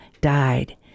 died